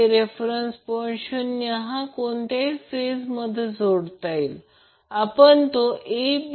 तर जर आपल्याला पार्क फेजच्या आधारावर मोजायचे असेल तर काय करावे